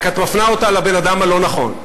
רק את מפנה אותה לבן-אדם הלא-נכון.